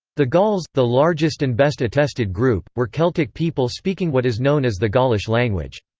the gauls, the largest and best attested group, were celtic people speaking what is known as the gaulish language.